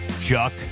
Chuck